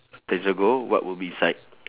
ten years ago what would be inside